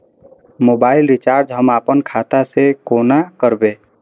Mobile recharge हम आपन खाता से कोना करबै?